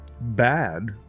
bad